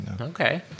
Okay